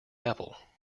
apple